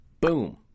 Boom